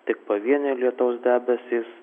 tik pavieniai lietaus debesys